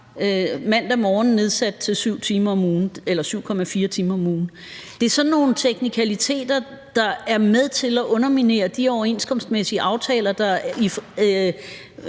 mandag morgen nedsat til 7,4 timer om ugen. Det er sådan nogle teknikaliteter, der er med til at underminere de overenskomstmæssige aftaler, der